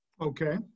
Okay